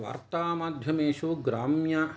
वार्ता माध्यमेषु ग्राम्या